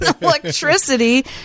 electricity